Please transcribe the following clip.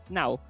now